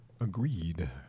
Agreed